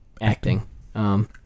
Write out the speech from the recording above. acting